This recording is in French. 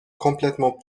complètement